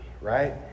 right